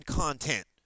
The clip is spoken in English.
content